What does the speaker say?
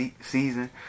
season